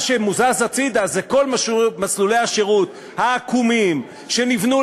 מה שמוזז הצדה זה כל מסלולי השירות העקומים שנבנו